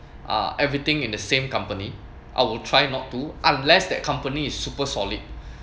uh everything in the same company I will try not to unless that company is super solid